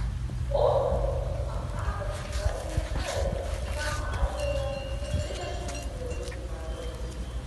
omrio sūnus ahabas valdė izraelį samarijoje dvidešimt dvejus metus